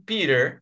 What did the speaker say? Peter